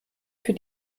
für